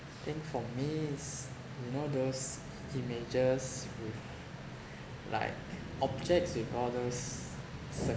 I think for me is you know those images with like objects with all those